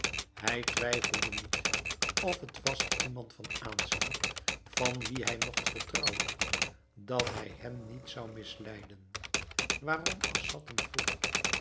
hij twijfelde niet of het was iemand van aanzien van wien hij mogt vertrouwen dat hij hem niet zou misleiden waarom assad hem vroeg